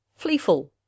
Fleeful